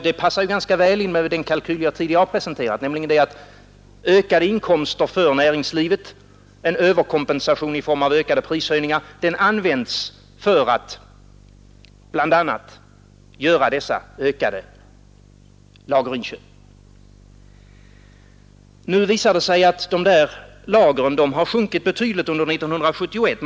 Det passar ganska väl in i den kalkyl som jag tidigare har presenterat, nämligen att ökade inkomster för näringslivet, en överkompensation i form av ökade prishöjningar, använts för att bl.a. göra dessa ökade lagerinköp. Nu visar det sig att dessa lager har sjunkit betydligt under 1971.